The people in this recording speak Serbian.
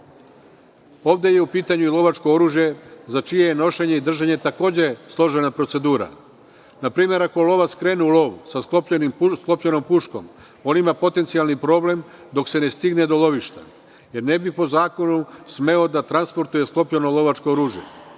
Ovde je u pitanju i lovačko oružje, za čije je nošenje i držanje takođe složena procedura. Na primer, ako lovac krene u lov sa sklopljenom puškom, on ima potencijalni problem dok se ne stigne do lovišta, jer ne bi po zakonu smeo da transportuje sklopljeno lovačko oružje.